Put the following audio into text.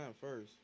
first